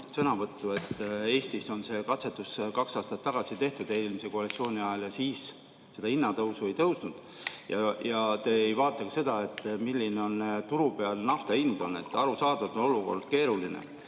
sõnavõttu. Eestis see katsetus kaks aastat tagasi tehti, eelmise koalitsiooni ajal, ja siis seda hinnatõusu ei olnud. Te ei vaata ka seda, milline on turu peal nafta hind. Arusaadav, et olukord on keeruline.